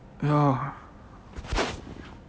ya